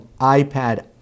iPad